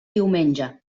diumenge